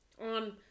On